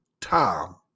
Tom